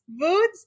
Foods